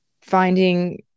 finding